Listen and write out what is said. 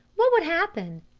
what would happen?